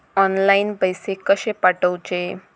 Online पैसे कशे पाठवचे?